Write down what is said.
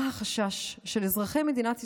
מה החשש של אזרחי מדינת ישראל,